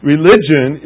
Religion